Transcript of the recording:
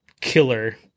killer